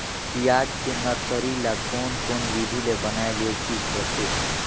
पियाज के नर्सरी ला कोन कोन विधि ले बनाय ले ठीक रथे?